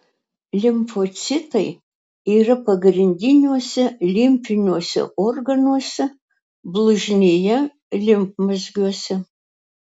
limfocitai yra pagrindiniuose limfiniuose organuose blužnyje limfmazgiuose